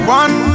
one